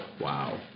Wow